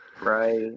right